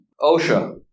OSHA